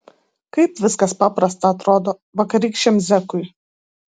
kaip viskas paprasta atrodo vakarykščiam zekui